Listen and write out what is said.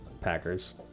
Packers